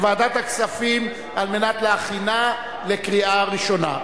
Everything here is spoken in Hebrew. לוועדת הכספים, על מנת להכינה לקריאה ראשונה.